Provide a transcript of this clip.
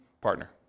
partner